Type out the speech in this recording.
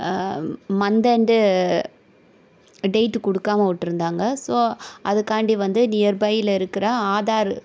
month end date கொடுக்காம விட்ருந்தாங்க so அதுக்காண்டி வந்து நியர்பையில் இருக்கிற ஆதார்